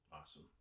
Awesome